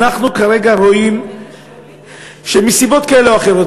אנחנו כרגע רואים שמסיבות כאלה או אחרות,